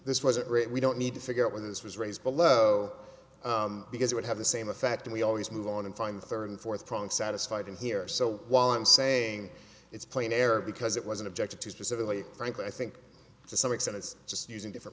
this wasn't right we don't need to figure out whether this was raised below because it would have the same effect and we always move on and find the third and fourth prong satisfied in here so while i'm saying it's plain error because it wasn't objected to specifically frankly i think to some extent it's just using different